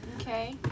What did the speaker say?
Okay